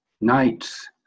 Night's